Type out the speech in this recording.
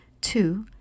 Two